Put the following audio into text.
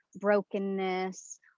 brokenness